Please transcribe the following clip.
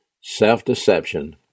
self-deception